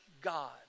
God